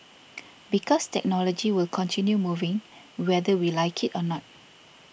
because technology will continue moving whether we like it or not